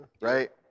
Right